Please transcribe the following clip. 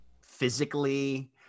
physically